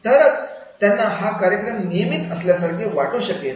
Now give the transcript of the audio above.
तरच त्यांना हा कार्यक्रम नियमित असल्यासारखे वाटू शकेल